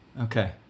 Okay